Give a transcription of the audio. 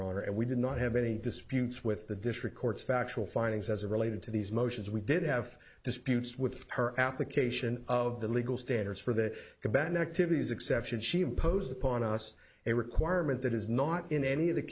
honor and we did not have any disputes with the district courts factual findings as it related to these motions we did have disputes with her application of the legal standards for the combat negativities exception she opposed upon us a requirement that is not in any of the